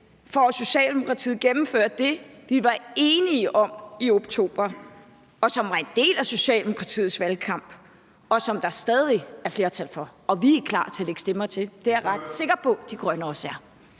for at Socialdemokratiet gennemfører det, som vi var enige om i oktober, som var en del af Socialdemokratiets valgkamp, og som der stadig er flertal for. Vi er klar til at lægge stemmer til, og det er jeg ret sikker på at de grønne også er.